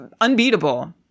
Unbeatable